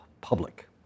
public